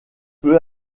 peu